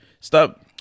stop